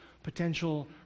potential